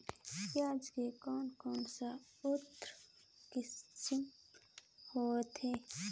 पियाज के कोन कोन सा उन्नत किसम होथे?